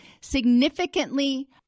significantly